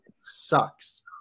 sucks